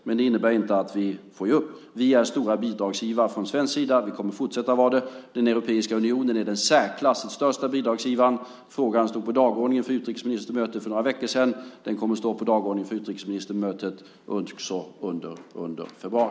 Det innebär inte att vi får ge upp. Vi är stora bidragsgivare från svensk sida. Vi kommer att fortsätta att vara det. Den europeiska unionen är den i särklass största bidragsgivaren. Frågan stod på dagordningen för utrikesministermötet för några veckor sedan. Och den kommer att stå på dagordningen för utrikesministermötet också under februari.